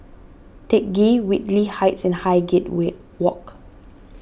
Teck Ghee Whitley Heights and Highgate Walk